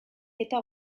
eta